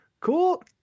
cool